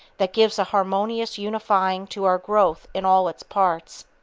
that gives a harmonious unifying to our growth in all its parts.